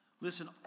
Listen